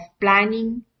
planning